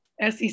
SEC